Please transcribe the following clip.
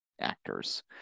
actors